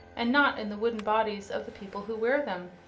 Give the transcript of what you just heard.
and not in the wooden bodies of the people who wear them.